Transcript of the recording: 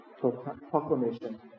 proclamation